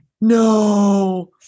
No